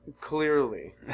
clearly